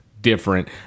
different